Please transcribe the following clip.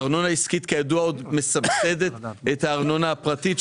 הארנונה העסקית עוד מסבסדת את הארנונה הפרטית,